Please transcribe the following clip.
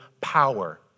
power